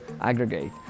aggregate